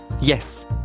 Yes